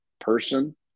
person